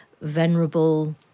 Venerable